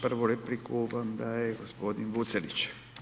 Prvu repliku vam daje gospodin Vucelić.